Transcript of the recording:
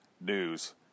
news